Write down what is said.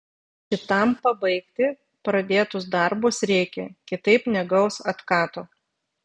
šitam pabaigti pradėtus darbus reikia kitaip negaus atkato